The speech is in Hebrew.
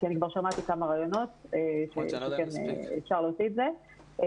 כי שמעתי כבר כמה רעיונות שכן אפשר להוציא את זה לפועל.